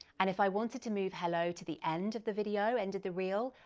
and if i wanted to move hello to the end of the video end of the reel,